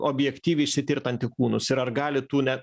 objektyviai išsitirt antikūnus ir ar gali tų ne